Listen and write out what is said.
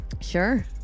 Sure